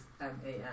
M-A-N